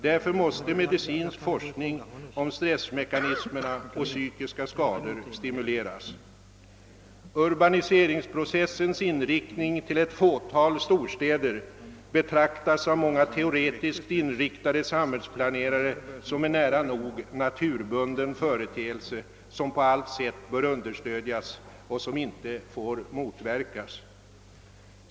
Därför måste medicinsk forskning om stressmekanismerna och psykiska skador stimuleras. Urbaniseringsprocessens inriktning till ett fåtal storstäder betraktas av många teoretiskt inriktade samhällsplanerare som en nära nog naturbunden företeelse, som på allt sätt bör understödjas och som inte får motverkas.